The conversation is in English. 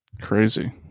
Crazy